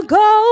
go